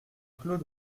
clos